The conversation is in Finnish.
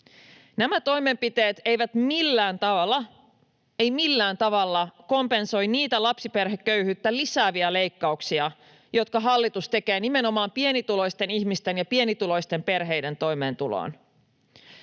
tavalla, eivät millään tavalla, kompensoi niitä lapsiperheköyhyyttä lisääviä leikkauksia, jotka hallitus tekee nimenomaan pienituloisten ihmisten ja pienituloisten perheiden toimeentuloon.